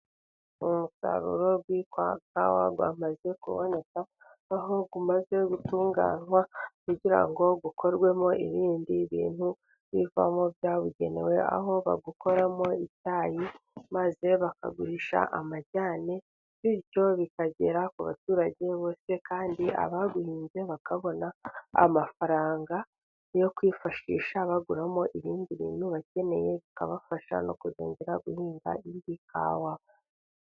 Umusaruro witwa ikawa wamaze kuboneka, aho umaze gutunganywa kugira ngo ukorwemo ibindi bintu bivamo byabugenewe, aho bawukoramo icyayi maze bakagurisha amajyane. Bityo bikagera ku baturage bose, kandi abawuhinze bakabona amafaranga yo kwifashisha baguramo ibindi bintu bakeneye, bikabafasha no kuzongera guhinga indi kawa.